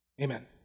Amen